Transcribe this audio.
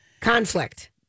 Conflict